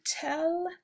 tell